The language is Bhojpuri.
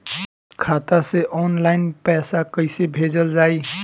खाता से ऑनलाइन पैसा कईसे भेजल जाई?